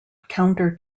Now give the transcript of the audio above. counter